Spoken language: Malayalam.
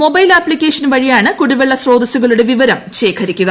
മൊബൈൽ ആപ്ലിക്കേഷൻ വഴിയാണ് കുടിവെള്ള സ്രോതസുകളുടെ വിവരം ശേഖരിക്കുക